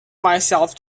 myself